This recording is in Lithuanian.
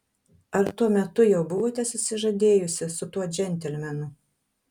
ar tuo metu jau buvote susižadėjusi su tuo džentelmenu